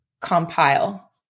compile